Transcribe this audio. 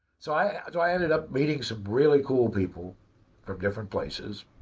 so i ended up meeting some really cool people from different places.